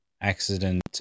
accident